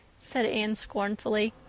said anne scornfully.